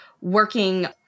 working